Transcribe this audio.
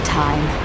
time